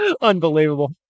Unbelievable